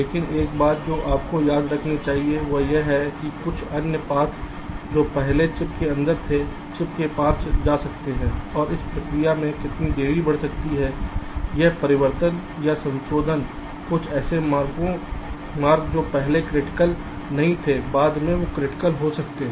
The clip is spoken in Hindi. लेकिन एक बात जो आपको याद रखनी चाहिए वह यह है कि कुछ अन्य पथ जो पहले चिप के अंदर थे चिप के पार जा सकते हैं और इस प्रक्रिया में उनकी देरी बढ़ सकती है यह परिवर्तन या संशोधन कुछ ऐसे मार्ग जो पहले क्रिटिकल नहीं थे बाद में क्रिटिकल हो सकते हैं